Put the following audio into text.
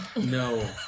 No